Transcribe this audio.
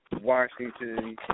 Washington